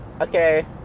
okay